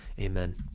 Amen